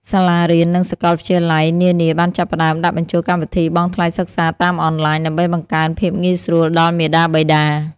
សាលារៀន និងសកលវិទ្យាល័យនានាបានចាប់ផ្តើមដាក់បញ្ចូលកម្មវិធីបង់ថ្លៃសិក្សាតាមអនឡាញដើម្បីបង្កើនភាពងាយស្រួលដល់មាតាបិតា។